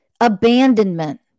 Abandonment